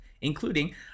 including